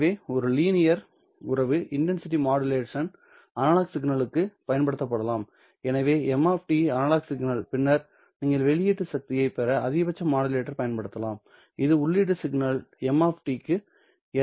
எனவே ஒரு லீனியர் உறவு இன்டன்சிடி மாடுலேஷன் அனலாக் சிக்னலுக்கு பயன்படுத்தப்படலாம் எனவே m அனலாக் சிக்னல் பின்னர் நீங்கள் வெளியீட்டு சக்தியைப் பெற அதிகபட்ச மாடுலேட்டரைப் பயன்படுத்தலாம் இது உள்ளீட்டு செய்தி சிக்னல் m க்கு ஏற்ப மாறுபடும்